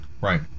right